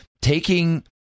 taking